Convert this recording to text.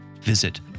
visit